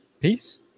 Peace